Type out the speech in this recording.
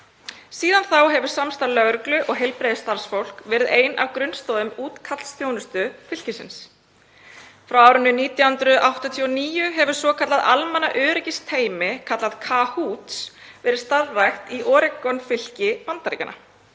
Síðan þá hefur samstarf lögreglu og heilbrigðisstarfsfólks verið ein af grunnstoðum útkallsþjónustu fylkisins. Frá árinu 1989 hefur svokallað almannaöryggisteymi, kallað Cahoots, verið starfrækt í Oregon-fylki Bandaríkjanna